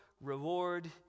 reward